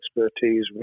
expertise